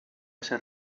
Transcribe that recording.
ser